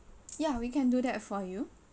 ya we can do that for you